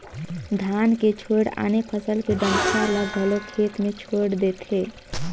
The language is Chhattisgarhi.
धान के छोयड़ आने फसल के डंठरा ल घलो खेत मे छोयड़ देथे